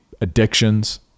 addictions